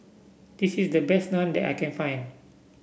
this is the best Naan that I can find